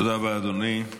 תודה רבה, אדוני.